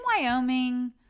Wyoming